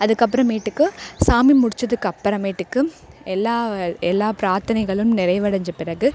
அதுக்கப்புறமேட்டுக்கு சாமி முடிச்சதுக்கப்புறமேட்டுக்கு எல்லா எல்லா பிராத்தனைகளும் நிறைவடைந்த பிறகு